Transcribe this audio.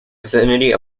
vicinity